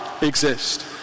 exist